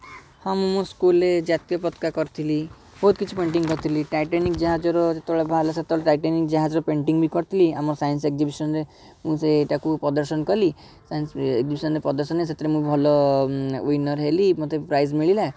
ହଁ ମୁଁ ସ୍କୁଲ୍ରେ ଜାତୀୟ ପତାକା କରିଥିଲି ବହୁତ କିଛି ପେନଟିଙ୍ଗ୍ କରିଥିଲି ଟାଇଟାନିକ୍ ଜାହଜର ଯେତେବେଳେ ବାହାରିଲା ସେତେବେଳେ ଟାଇଟାନିକ୍ ଜାହଜର ପେନଟିଙ୍ଗ୍ ବି କରିଥିଲି ଆମ ସାଇନ୍ସ୍ ଏକ୍ସିବିସନ୍ ରେ ସେଇଟାକୁ ପ୍ରଦର୍ଶନ କଲି ସେ ସାଇନ୍ସ୍ ଏକ୍ସିବିସନ୍ ପ୍ରଦର୍ଶନରେ ସେଥିରେ ମୁଁ ଭଲ ଉଈନର୍ ହେଲି ମୋତେ ପ୍ରାଇଜ୍ ମିଳିଲା